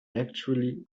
actually